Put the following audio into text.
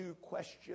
question